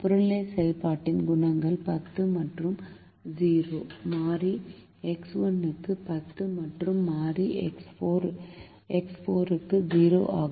புறநிலை செயல்பாடு குணகங்கள் 10 மற்றும் 0 மாறி X1 க்கு 10 மற்றும் மாறி X4 க்கு 0 ஆகும்